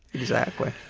exactly.